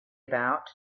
about